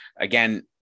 again